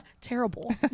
Terrible